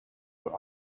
were